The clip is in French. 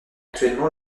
actuellement